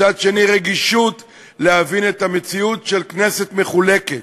מצד שני, רגישות להבין את המציאות של כנסת מחולקת.